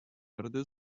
верде